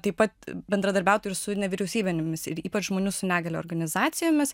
taip pat bendradarbiautų ir su nevyriausybinėmis ir ypač žmonių su negalia organizacijomis